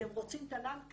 אתם רוצים תל"ן?